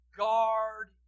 guard